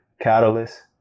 catalyst